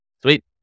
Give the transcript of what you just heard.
Sweet